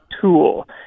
tool